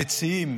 -- המציעים,